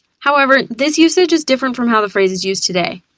however, this usage is different from how the phrase is used today.